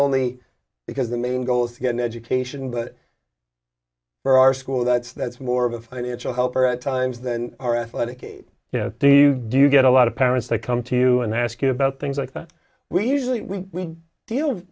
only because the main goal is to get an education but for our school that's that's more of a financial helper at times than are athletic you know do you do you get a lot of parents that come to you and ask you about things like that we usually we deal